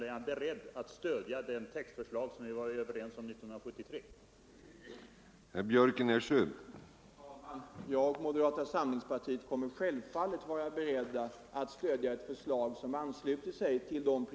Men vi kan väl ändå enas om att det snart är dags att fråga herr Björck i Nässjö och moderaterna hur de kommer att ställa sig nästa